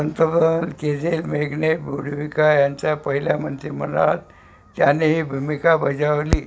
पंतप्रधान Kjell Magne Bondevik यांचा पहिल्या मंंत्रीमंडळात त्याने ही भूमिका बजावली